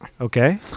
Okay